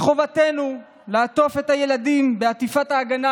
מחובתנו לעטוף את הילדים בעטיפת הגנה